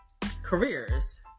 careers